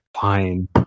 Fine